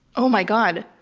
oh my god.